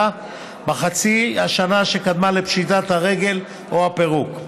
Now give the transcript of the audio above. בחצי השנה שקדמה לפשיטת הרגל או הפירוק.